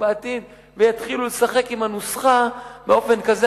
בעתיד ויתחילו לשחק עם הנוסחה באופן כזה.